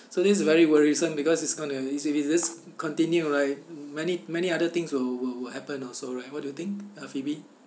so this very worrisome because it's gonna if this if this continue right many many other things will will will happen also right what do you think uh phoebe